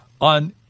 On